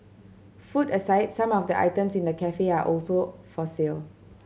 food aside some of the items in the cafe are also for sale